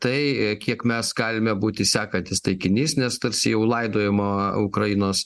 tai kiek mes galime būti sekantis taikinys nes tarsi jau laidojama ukrainos